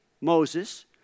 Moses